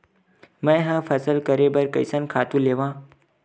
मैं ह फसल करे बर कइसन खातु लेवां?